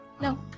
No